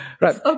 right